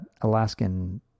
Alaskan